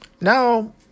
Now